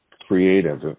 creative